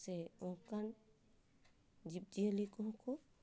ᱥᱮ ᱚᱱᱠᱟᱱ ᱡᱤᱵᱽᱡᱤᱭᱟᱹᱞᱤ ᱠᱚᱦᱚᱸ ᱠᱚ